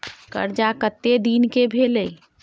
कर्जा कत्ते दिन के भेलै?